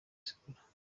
sura